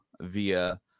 via